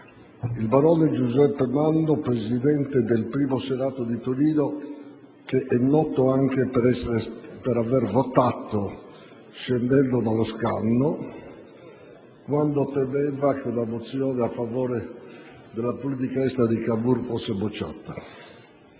il barone Giuseppe Manno, presidente del primo Senato di Torino, noto anche per aver votato scendendo dallo scanno perché temeva che la mozione a favore della politica estera di Cavour fosse bocciata;